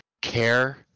care